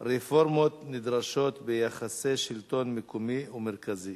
הרפורמות הנדרשות ביחסי השלטון המקומי והשלטון המרכזי,